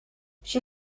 she